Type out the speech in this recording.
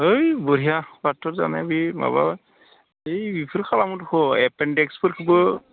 है बरहिया फाथर जानाया बि माबाबा ओय बेफोर खालामो दख एपेनदिक्सफोरखौबो